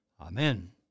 Amen